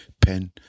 pen